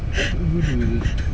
ah bodoh sia